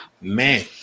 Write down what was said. Man